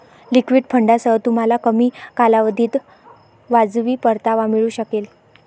liquid फंडांसह, तुम्हाला कमी कालावधीत वाजवी परतावा मिळू शकेल